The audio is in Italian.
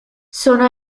sono